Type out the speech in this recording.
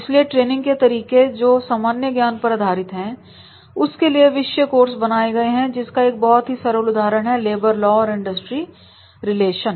इसलिए ट्रेनिंग के तरीके जो सामान्य ज्ञान पर आधारित है उसके लिए विषय कोर्स बनाए गए हैं जिसका एक बहुत ही सरल उदाहरण है लेबर लॉ और इंडस्ट्री रिलेशन